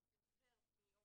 עובד, הוא פעיל.